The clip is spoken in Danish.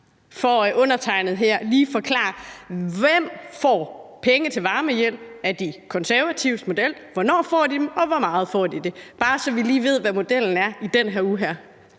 for undertegnede her lige forklare: Hvem får penge til varmehjælp med De Konservatives model? Hvornår får de den, og hvor meget får de? Det er bare, så vi lige ved, hvilken model det er i den her